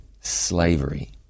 slavery